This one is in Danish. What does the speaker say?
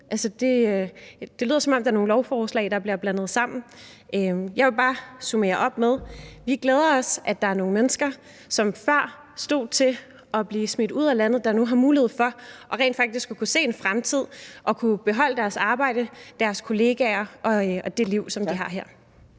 Det lyder, som om der er nogle lovforslag, der bliver blandet sammen. Jeg vil bare opsummere, at det glæder os, at der er nogle mennesker, som før stod til at blive smidt ud af landet, der nu har mulighed for rent faktisk at kunne se en fremtid og kunne beholde deres arbejde, deres kollegaer og det liv, som de har her.